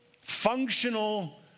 functional